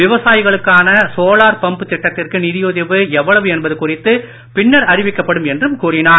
விவசாயிகளுக்கான solar pump திட்டத்திற்கு நிதியுதவி எவ்வளவு என்பது குறித்து பின்னர் அறிவிக்கப்படும் என்றும் கூறினார்